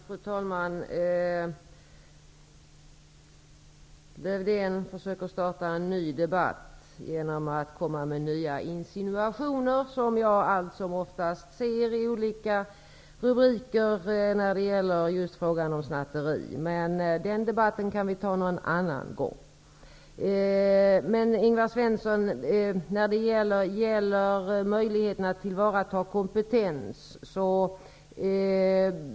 Fru talman! Lövdén försöker starta en ny debatt genom att komma med nya insinuationer, som jag allt som oftast ser i olika rubriker när det gäller snatteri. Den debatten kan vi ta någon annan gång. Ingvar Svensson tog upp möjligheten att tillvarata kompetens.